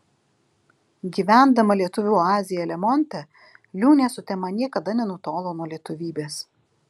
gyvendama lietuvių oazėje lemonte liūnė sutema niekada nenutolo nuo lietuvybės